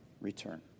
return